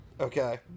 Okay